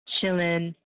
chilling